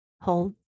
hold